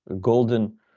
golden